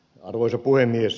arvoisa puhemies